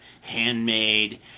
handmade